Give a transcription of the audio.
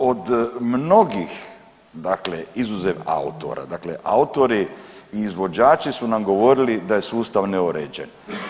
Od mnogih dakle izuzev autora, dakle autori i izvođači su nam govorili da je sustav neuređen.